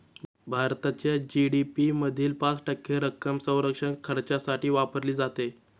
भारताच्या जी.डी.पी मधील पाच टक्के रक्कम संरक्षण खर्चासाठी वापरली जाते